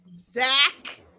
Zach